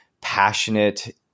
passionate